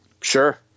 Sure